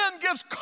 gives